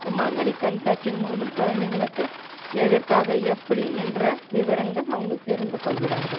மாங்கனி கண்காட்சியின் மூலம் குழந்தைங்களுக்கு எதற்காக எப்படி என்ற விவரங்கள் அவங்கள் தெரிந்து கொள்கிறார்கள்